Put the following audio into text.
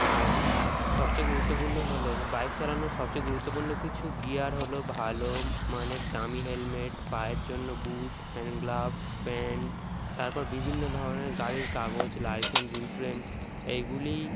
আর সবচেয়ে গুরুত্বপূর্ণ হলো যে বাইক চালানোর সবচেয়ে গুরুত্বপূর্ণ কিছু গিয়ার হল ভালো মানের দামি হেলমেট পায়ের জন্য বুট হ্যান্ড গ্লাভস প্যান্ট তারপর বিভিন্ন ধরনের গাড়ির কাগজ লাইসেন্স ইন্স্যুরেন্স এইগুলিই